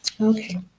Okay